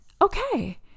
okay